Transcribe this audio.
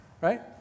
Right